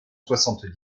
soixante